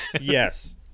Yes